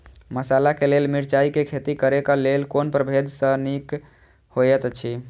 मसाला के लेल मिरचाई के खेती करे क लेल कोन परभेद सब निक होयत अछि?